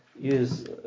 use